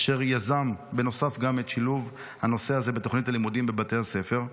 אשר יזם בנוסף גם את שילוב הנושא הזה בתוכנית הלימודים בבתי הספר.